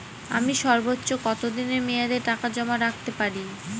আমি সর্বোচ্চ কতদিনের মেয়াদে টাকা জমা রাখতে পারি?